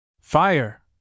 Fire